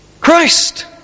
Christ